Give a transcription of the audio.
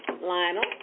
Lionel